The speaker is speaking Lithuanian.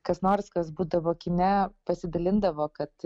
kas nors kas būdavo kine pasidalindavo kad